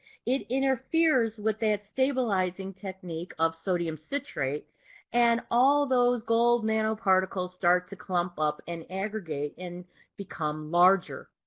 it interferes with that stabilizing technique of sodium citrate and all those gold nanoparticles start to clump up and aggregate and become larger.